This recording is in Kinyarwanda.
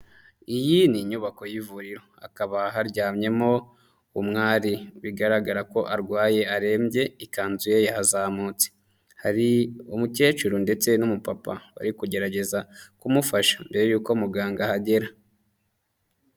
Iyi ni inyubako y'ivuriro. Hakaba haryamyemo umwari. Bigaragara ko arwaye arembye ikanzu ye yazamutse. Hari umukecuru ndetse n'umupapa bari kugerageza kumufasha mbere yuko muganga ahagera.